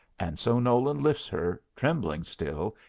and so nolan lifts her, trembling still,